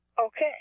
Okay